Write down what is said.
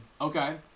Okay